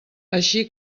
així